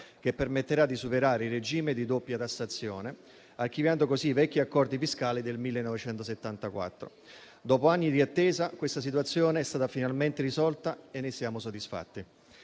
che permetterà di superare il regime di doppia tassazione, archiviando così i vecchi accordi fiscali del 1974. Dopo anni di attesa, questa situazione è stata finalmente risolta e ne siamo soddisfatti.